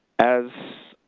as